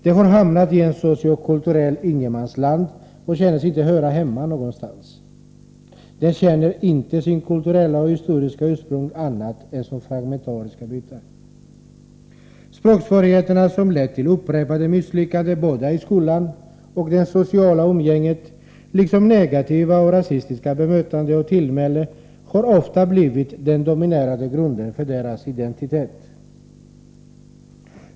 De har hamnat i ett sociokulturellt ingenmansland och känner sig inte höra hemma någonstans. De känner inte sitt kulturella och historiska ursprung annat än som fragmentariska bitar. Språksvårigheterna som lett till upprepade misslyckanden både i skolan och i det sociala umgänget, liksom negativa och rasistiska bemötanden och tillmälen, har ofta blivit den dominerande grunden för deras identitet.